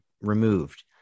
removed